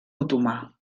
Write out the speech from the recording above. otomà